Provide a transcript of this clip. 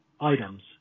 items